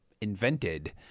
invented